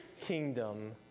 kingdom